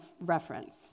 reference